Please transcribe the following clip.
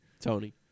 Tony